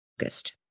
August